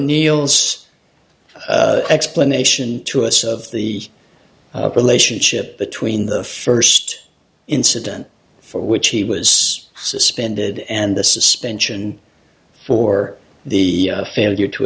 o'neil us explanation to us of the relationship between the first incident for which he was suspended and the suspension for the failure to